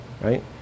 Right